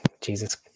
Jesus